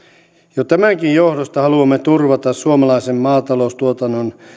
jo tämänkin johdosta haluamme turvata suomalaisen maataloustuotannon